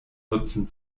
nutzen